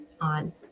on